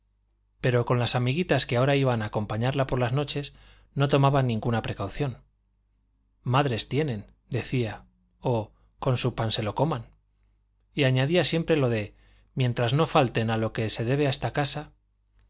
pero con las amiguitas que ahora iban a acompañarla por las noches no tomaba ninguna precaución madres tienen decía o con su pan se lo coman y añadía siempre lo de mientras no falten a lo que se debe a esta casa